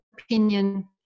opinion